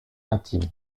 intime